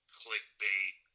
clickbait